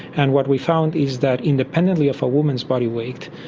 and what we found is that, independently of a woman's body weight,